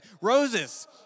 Roses